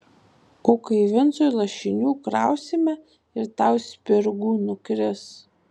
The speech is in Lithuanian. o kai vincui lašinių krausime ir tau spirgų nukris